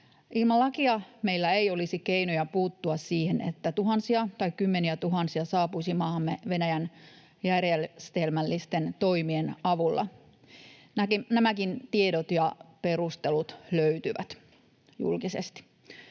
Ilman lakia meillä ei olisi keinoja puuttua siihen, että tuhansia tai kymmeniätuhansia saapuisi maahamme Venäjän järjestelmällisten toimien avulla. Nämäkin tiedot ja perustelut löytyvät julkisesti.